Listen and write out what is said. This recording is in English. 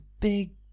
big